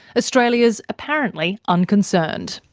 australia's apparently unconcerned.